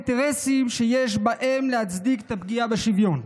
אינטרסים שיש בהם להצדיק את הפגיעה בשוויון".